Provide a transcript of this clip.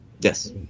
yes